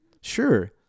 Sure